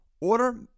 Order